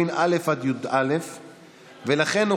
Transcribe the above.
ולכן,